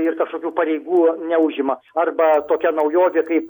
ir kažkokių pareigų neužima arba tokia naujovė kaip